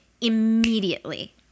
immediately